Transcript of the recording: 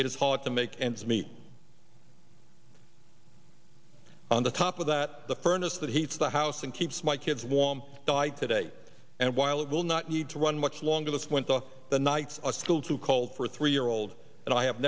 it is hard to make ends meet on the top of that the furnace that heats the house and keeps my kids warm died today and while it will not need to run much longer this went on the nights are still too cold for a three year old and i